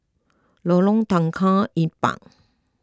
Lorong Tukang Empat